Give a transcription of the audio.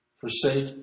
forsake